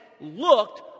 looked